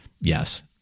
Yes